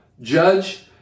Judge